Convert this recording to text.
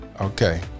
Okay